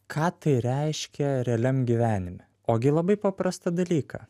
ką tai reiškia realiam gyvenime ogi labai paprastą dalyką